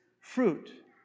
fruit